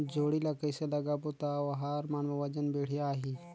जोणी ला कइसे लगाबो ता ओहार मान वजन बेडिया आही?